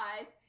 eyes